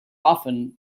often